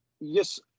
Yes